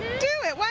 do it, why